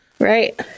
Right